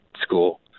school